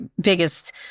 biggest